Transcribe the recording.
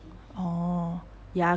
orh ya